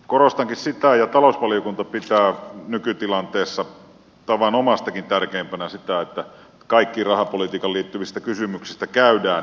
korostankin sitä ja talousvaliokunta pitää nykytilanteessa tavanomaistakin tärkeämpänä sitä että kaikista rahapolitiikkaan liittyvistä kysymyksistä käydään laajaa keskustelua